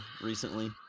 recently